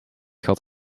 gat